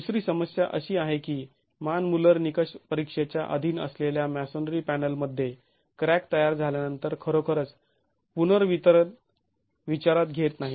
दुसरी समस्या अशी आहे की मान मुल्लर निकष परीक्षेच्या अधीन असलेल्या मॅसोनरी पॅनलमध्ये क्रॅक तयार झाल्यानंतर खरोखरच पुनर्वितरण विचारात घेत नाही